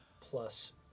Plus